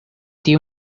tiu